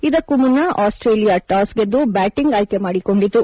ಇದಕ್ಕೂ ಮುನ್ನ ಆಸ್ಲೇಲಿಯಾ ಟಾಸ್ಗೆದ್ದು ಬ್ಯಾಟಂಗ್ ಆಯ್ಕೆ ಮಾಡಿಕೊಂಡಿತು